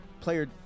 player